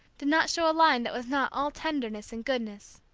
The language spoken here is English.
did not show a line that was not all tenderness and goodness.